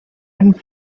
and